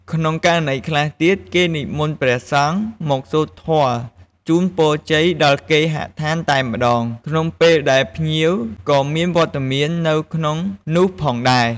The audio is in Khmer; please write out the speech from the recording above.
ក្នុងករណីខ្លះទៀត គេនិមន្តព្រះសង្ឃមកសូត្រធម៌ជូនពរជ័យដល់គេហដ្ឋានតែម្ដង ក្នុងពេលដែលភ្ញៀវក៏មានវត្តមាននៅក្នុងនោះផងដែរ។